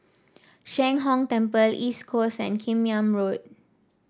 Sheng Hong Temple East Coast and Kim Yam Road